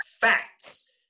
facts